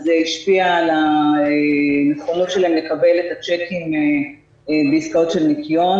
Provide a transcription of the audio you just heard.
אז זה השפיע על הנכונות שלהם לקבל את הצ'קים בעסקאות של ניכיון,